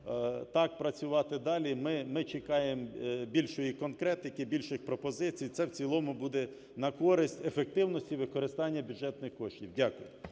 так працювати далі, і ми чекаємо більшої конкретики, більших пропозицій. Це в цілому буде на користь і ефективності використання бюджетних коштів. Дякую.